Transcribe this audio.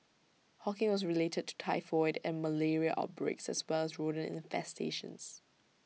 hawking was related to typhoid and malaria outbreaks as well as rodent infestations